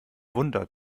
wunder